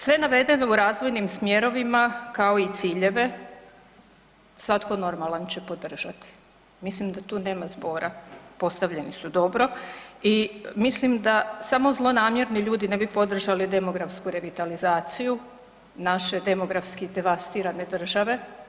Sve navedeno u razvojnim smjerovima, kao i ciljeve svatko normalan će podržati, mislim da tu nema zbora, postavljeni su dobro i mislim da samo zlonamjerni ljudi ne bi podržali demografsku revitalizaciju naše demografski devastirane države.